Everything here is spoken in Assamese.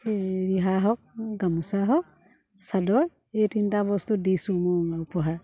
ৰিহা হওক গামোচা হওক চাদৰ এই তিনিটা বস্তু দিছোঁ মোৰ উপহাৰ